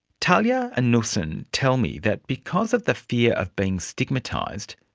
talya and nussen tell me that because of the fear of being stigmatised,